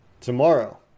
tomorrow